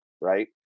right